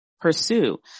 pursue